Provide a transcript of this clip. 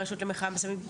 מהרשות למלחמה בסמים,